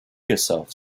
yourself